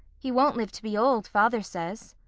he won't live to be old, father says.